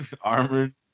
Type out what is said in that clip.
Armored